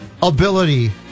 Ability